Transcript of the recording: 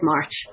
March